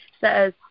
says